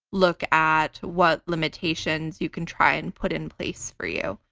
look at what limitations you can try and put in place for you.